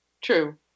True